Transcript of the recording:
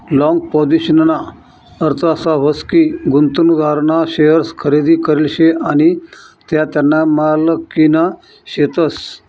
long पोझिशनना अर्थ असा व्हस की, गुंतवणूकदारना शेअर्स खरेदी करेल शे आणि त्या त्याना मालकीना शेतस